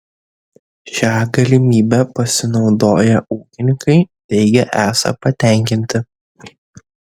šia galimybe pasinaudoję ūkininkai teigia esą patenkinti